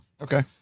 okay